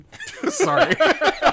Sorry